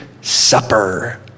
supper